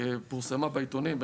שפורסמה בעיתונים,